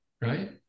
right